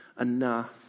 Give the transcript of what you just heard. enough